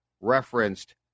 referenced